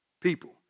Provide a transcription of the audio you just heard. people